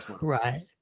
Right